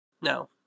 No